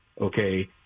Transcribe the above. Okay